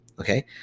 okay